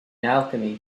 alchemy